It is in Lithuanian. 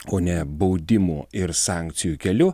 o ne baudimo ir sankcijų keliu